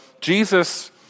Jesus